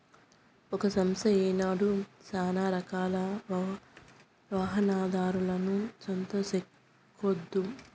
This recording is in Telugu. ఒక సంస్థ ఏనాడు సానారకాల వాహనాదారులను సొంతం సేస్కోదు